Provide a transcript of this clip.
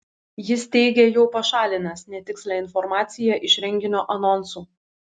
jis teigė jau pašalinęs netikslią informaciją iš renginio anonsų